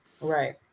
right